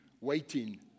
waiting